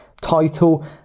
title